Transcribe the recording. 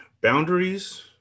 boundaries